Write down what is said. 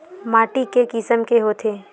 माटी के किसम के होथे?